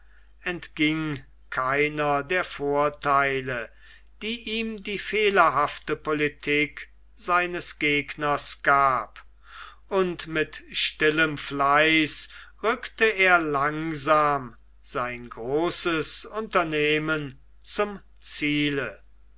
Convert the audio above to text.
entging keiner der vortheile die ihm die fehlerhafte politik seines gegners gab und mit stillem fleiß rückte er langsam sein großes unternehmen zum ziele